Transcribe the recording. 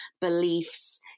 beliefs